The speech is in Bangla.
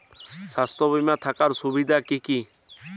স্বাস্থ্য বিমা থাকার সুবিধা কী কী?